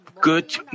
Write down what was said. good